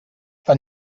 tan